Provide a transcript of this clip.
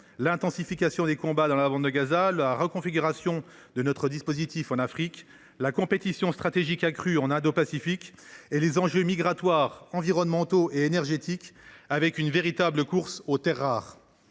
l’intensification des combats dans la bande de Gaza, par la reconfiguration de notre dispositif en Afrique, par la compétition stratégique accrue en Indo Pacifique et par les enjeux migratoires, environnementaux et énergétiques, en particulier la course aux terres rares.